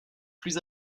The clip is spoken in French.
plus